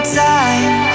time